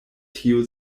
tio